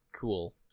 Cool